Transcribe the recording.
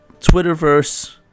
Twitterverse